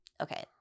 Okay